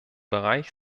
bereich